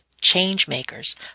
change-makers